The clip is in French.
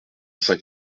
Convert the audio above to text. saint